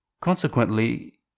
Consequently